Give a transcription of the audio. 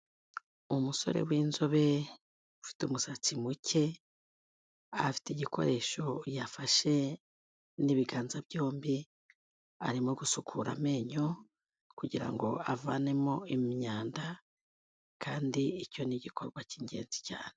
Umusore w'inzobe ufite umusatsi muke, ahafite igikoresho yafashe n'ibiganza byombi, arimo gusukura amenyo kugira ngo avanemo imyanda kandi icyo ni igikorwa cy'ingenzi cyane.